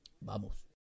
Vamos